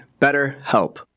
BetterHelp